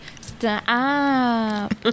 stop